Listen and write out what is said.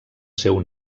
seu